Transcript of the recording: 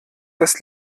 das